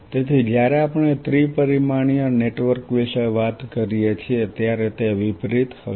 તેથી જ્યારે આપણે ત્રિ પરિમાણીય નેટવર્ક વિશે વાત કરીએ છીએ ત્યારે તે વિપરીત હશે